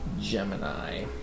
Gemini